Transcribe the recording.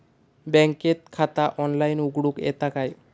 बँकेत खाता ऑनलाइन उघडूक येता काय?